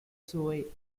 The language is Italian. suoi